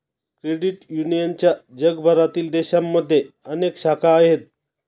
credit युनियनच्या जगभरातील देशांमध्ये अनेक शाखा आहेत